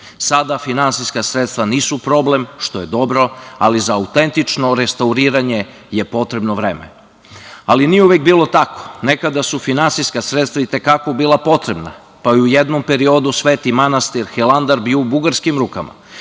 Sada finansijska sredstva nisu problem, što je dobro, ali za autentično restauriranje je potrebno vreme. Ali, nije uvek bilo tako. Nekada su finansijska sredstva i te kako bila potrebna, pa je u jednom periodu sveti manastir Hilandar bio u bugarskim rukama,